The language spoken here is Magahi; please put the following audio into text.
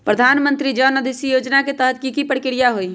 प्रधानमंत्री जन औषधि योजना के तहत की की प्रक्रिया होई?